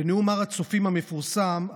בנאום הר הצופים המפורסם,